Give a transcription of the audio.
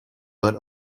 but